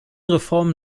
reformen